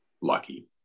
lucky